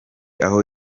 aho